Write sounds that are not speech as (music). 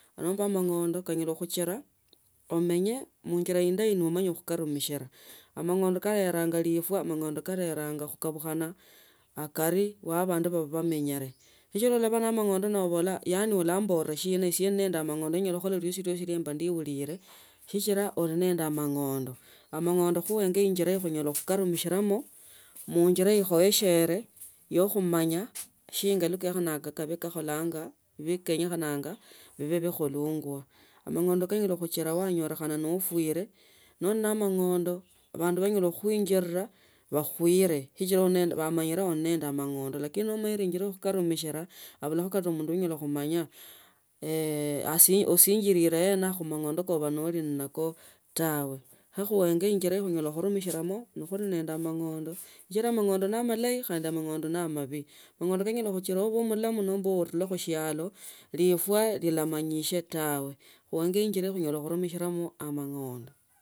Oenga mang’ondo kanyola khuchira umenye munjira indayi nomonye khurumishila, mang’ondo karilanga lifasa mang’ondo karelanga kukalushana avari ye abandu bamenya nebamanyile scohila noba na amang’ondo nyala khukhoka siasi sya mba ne urire sichila uli nende amang’ondo. Amang’ondo kho uenje injira yonyola khu khanimisha alamo omuinjira ikhueshene yekhumanya shinga yeye khaha bibe bikholangwa, amang’ondo kanyala kuchira umanyikhane nofwire noli na amang’ondo abandu banyaka khuuhuinjira bakhuire sichila bamenya pili nende amang’ondo lakini nomanyile khukhanumishila abulaka womundu anyala khumanya (hesitation) asinjirire ena khumang’ondo koli nako tawe. Kho khuenge injira yonyala khurumishilamo ne khulinende amang’ondo sichila amang’ondo ne amalayi khandi amang’ondo ne amabii amang’ondo kanyala khukila ubieno nomba uruhe khushialo lifwa lilamanyisie tawe khuenge injira khunyala khunonishalama amang’ondo.